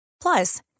Plus